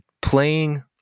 playing